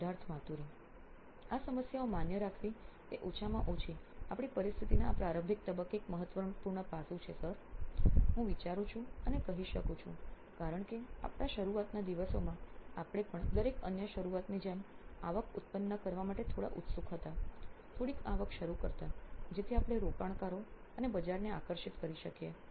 Siddharth Maturi CEO CEO નોઇન electronics આ સમસ્યાઓ માન્ય રાખવી એ ઓછામાં ઓછી આપણી પરિસ્થિતિના આ પ્રારંભિક તબક્કે એક મહત્વપૂર્ણ પાસુ છે સર હું વિચારું છું અને કહી શકું છું કારણ કે આપણા શરૂઆતના દિવસોમાં આપણે પણ દરેક અન્ય શરૂઆતની જેમ આવક ઉત્પન્ન કરવા માટે થોડા ઉત્સુક હતા થોડીક આવક શરૂ કરતા જેથી આપણે થોડા રોકાણકારો અને બજારને આકર્ષિત કરી શકીએ